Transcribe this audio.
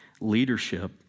leadership